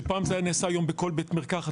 שפעם זה היה נעשה בכול בית מרקחת,